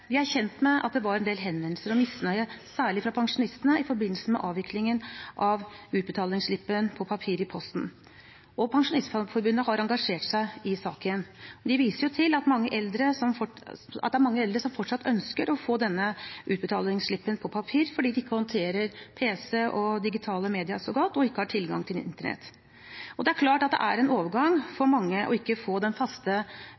Vi er kjent med at det var en del henvendelser og misnøye, særlig fra pensjonistene, i forbindelse med avviklingen av utbetalingsslippen på papir i posten, og Pensjonistforbundet har engasjert seg i saken. De viser til at det er mange eldre som fortsatt ønsker å få denne utbetalingsslippen på papir fordi de ikke håndterer pc og digitale medier så godt og ikke har tilgang til Internett. Det er klart at det er en overgang